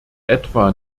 etwa